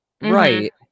right